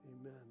amen